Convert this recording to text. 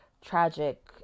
tragic